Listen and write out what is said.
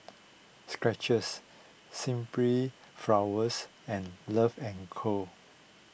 Skechers Simply Flowers and Love and Co